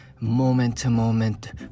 moment-to-moment